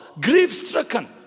grief-stricken